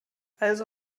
also